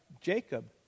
Jacob